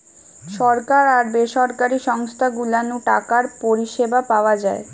সরকার আর বেসরকারি সংস্থা গুলা নু টাকার পরিষেবা পাওয়া যায়